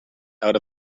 out